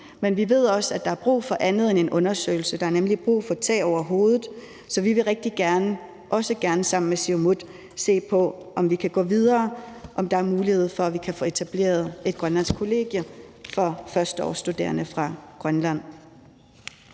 Men vi ved også, at der er brug for andet end en undersøgelse. Der er nemlig brug for tag over hovedet, så vi vil rigtig gerne, også gerne sammen med Siumut, se på, om vi kan gå videre, og om der er mulighed for, at vi kan få etableret et grønlandsk kollegie for førsteårsstuderende fra Grønland.